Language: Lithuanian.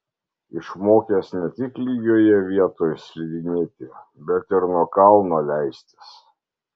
išmokęs ne tik lygioje vietoj slidinėti bet ir nuo kalno leistis